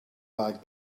like